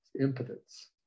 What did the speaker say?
impotence